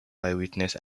eyewitness